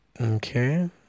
Okay